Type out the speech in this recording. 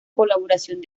colaboración